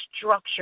structure